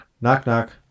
Knock-knock